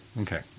Okay